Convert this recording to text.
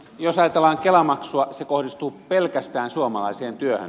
jos ajatellaan kela maksua se kohdistuu pelkästään suomalaiseen työhön